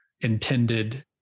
intended